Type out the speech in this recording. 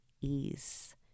ease